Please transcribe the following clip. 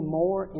more